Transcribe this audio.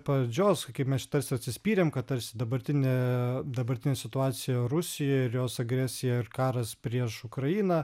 pradžios kaip mes čia tarsi atsispyrėm kad tarsi dabartinė dabartinė situacija rusijoj ir jos agresija ir karas prieš ukrainą